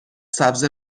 سبز